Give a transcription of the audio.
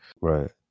Right